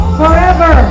forever